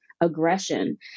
Aggression